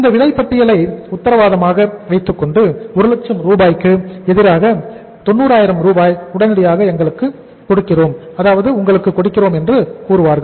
இந்த விலைப்பட்டியலை உத்தரவாதமாக வைத்துக்கொண்டு 1 லட்சம் ரூபாய்க்கு எதிராக 80000 ரூபாய் உடனடியாக உங்களுக்கு கொடுக்கிறோம் என்று கூறுவார்கள்